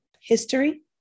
history